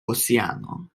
oceano